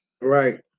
Right